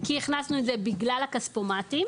כי הכנסנו את זה בגלל הכספומטים.